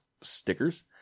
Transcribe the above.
stickers